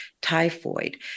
typhoid